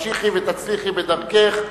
תמשיכי ותצליחי בדרכך,